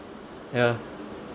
ya